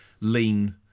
lean